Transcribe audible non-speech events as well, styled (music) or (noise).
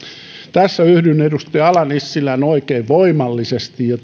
tässä yhdyn edustaja ala nissilään oikein voimallisesti ja (unintelligible)